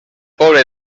poble